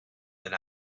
that